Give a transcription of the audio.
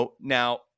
Now